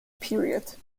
period